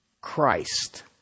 Christ